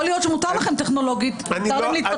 יכול להיות שמותר להם טכנולוגית להתפתח.